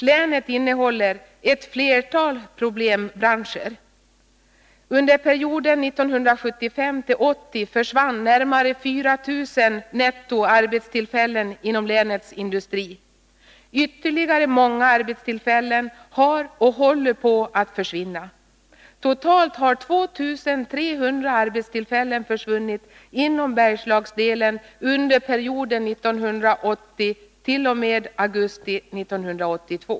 Länet har ett flertal problembranscher. Under perioden 1975-1980 försvann närmare 4000 arbetstillfällen netto inom länets industri. Ytterligare många arbetstillfällen har försvunnit och håller på att försvinna. Totalt har 2 300 arbetstillfällen försvunnit inom Bergslagsdelen under perioden från 1980 t.o.m. augusti 1982.